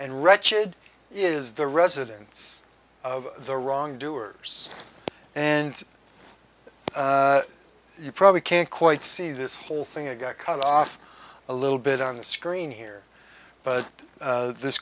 and wretched is the residence of the wrongdoers and you probably can't quite see this whole thing a got cut off a little bit on the screen here but this